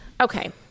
okay